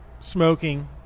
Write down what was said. smoking